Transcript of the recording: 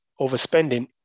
overspending